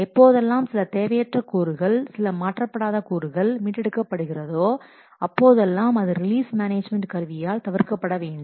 எப்போதெல்லாம் சில தேவையற்ற கூறுகள் சில மாற்றப்படாத கூறுகள் மீட்டெடுக்க படுகிறதோ அப்போதெல்லாம் அது ரிலீஸ் மேனேஜ்மென்ட் கருவியால் தவிர்க்கப்பட வேண்டும்